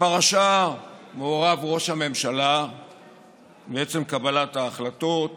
בפרשה מעורב ראש הממשלה מעצם קבלת ההחלטות